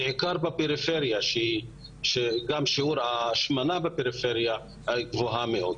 בעיקר בפריפריה שבה גם שיעור ההשמנה הוא גבוה מאוד.